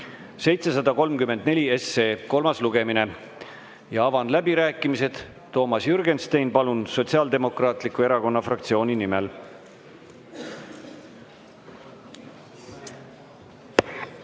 734 kolmas lugemine. Avan läbirääkimised. Toomas Jürgenstein, palun, Sotsiaaldemokraatliku Erakonna fraktsiooni nimel!